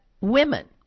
Women